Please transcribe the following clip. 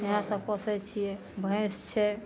इहए सब पोसै छियै भैंस छै